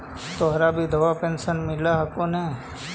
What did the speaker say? तोहरा विधवा पेन्शन मिलहको ने?